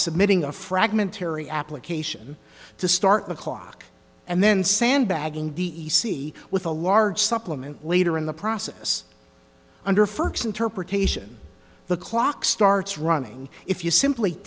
submitting a fragmentary application to start the clock and then sandbagging d e c with a large supplement later in the process under first interpretation the clock starts running if you simply